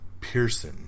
Pearson